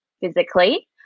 physically